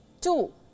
Two